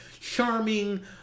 charming